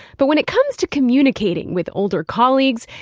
but when it comes to communicating with older colleagues,